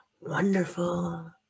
wonderful